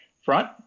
front